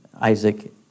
Isaac